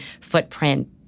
footprint